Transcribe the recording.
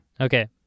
Okay